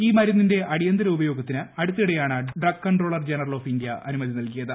ഈ മരുന്നിന്റെ അടിയന്തര ഉപയോഗത്തിന് അടുത്തിടെയാണ് drugs controller general of India അനുമതി നൽകിയത്